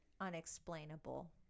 unexplainable